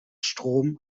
strom